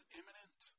imminent